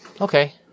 Okay